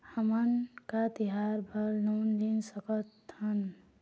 हमन का तिहार बर लोन ले सकथन?